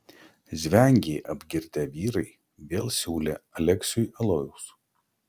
žvengė apgirtę vyrai vėl siūlė aleksiui alaus